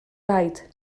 raid